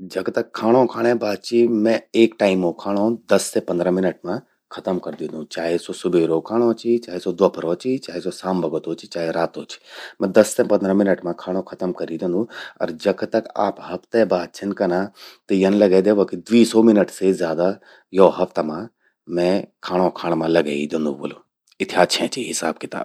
जख तक खाणों खाणें बात चिस मैं एक टाइमो खाणो दस से पंद्रह मिनट मां खतम कर द्योंदू। चाहे स्वो सुबेरो खाणो चि, चाहे द्वफरो चि, चाहे स्वो साम बगतो चि, चाहे रातो चि। मैं दस से पंद्रह मिनट मां खाणों खतम करि ही द्योंदू। अर जख तक आप हफ्ते बात छिन कना, त यन लगै द्यावा कि द्वी सौ मिनट से ज्यादा यो हफ्ता मां, मैं खाणों खाण मां लगे ही द्योंदू व्होलु। इथ्या छें चि हिसाब किताब।